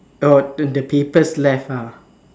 oh the paper's left ah